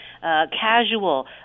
casual